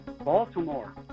Baltimore